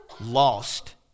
lost